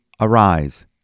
ARISE